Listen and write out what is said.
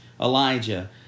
Elijah